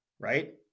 right